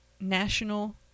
National